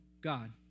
God